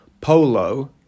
polo